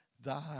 thy